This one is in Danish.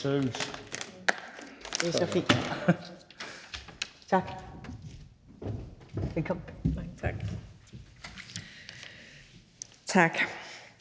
Tak